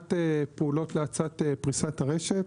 מבחינת פעולות להאצת פריסת הרשת,